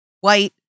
white